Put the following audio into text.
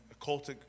occultic